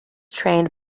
trained